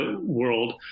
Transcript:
world